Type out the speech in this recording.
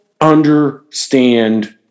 understand